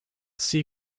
see